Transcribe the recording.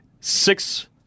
six